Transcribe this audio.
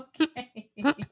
Okay